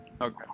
okay